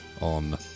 on